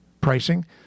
pricing